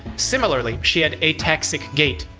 similarly, she had ataxic gait.